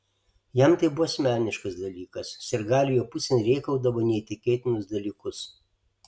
jam tai buvo asmeniškas dalykas sirgaliai jo pusėn rėkaudavo neįtikėtinus dalykus